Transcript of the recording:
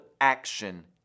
action